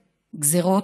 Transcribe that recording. גזרות,